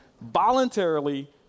voluntarily